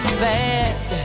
sad